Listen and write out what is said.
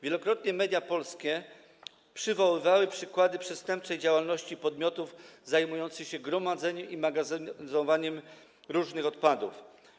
Wielokrotnie media polskie przywoływały przykłady przestępczej działalności podmiotów zajmujących się gromadzeniem i magazynowaniem różnych odpadów.